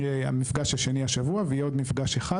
המפגש השני השבוע ויהיה עוד מפגש אחד.